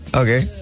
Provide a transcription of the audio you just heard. okay